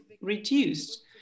reduced